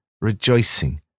rejoicing